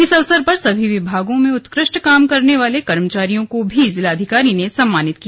इस अवसर पर सभी विभागों में उत्कृष्ट काम करने वाले कर्मचारियों को भी जिलाधिकारी ने सम्मानित किया